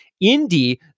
Indy